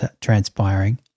transpiring